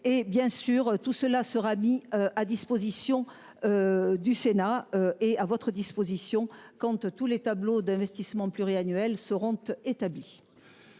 et bien sûr, tout cela sera mis à disposition. Du Sénat est à votre disposition compte tous les tableaux d'investissement pluriannuel seront établies.